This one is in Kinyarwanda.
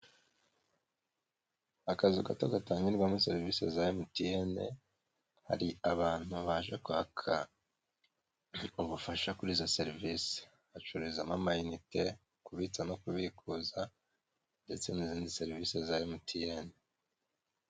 Akazu gato gatangirwamo serivisi za MTN, hari abantu baje kwaka ubufasha kuri izo serivisi. Bacururizamo amayinite, kubitsa no kubikuza ndetse n'izindi serivisi za MTN.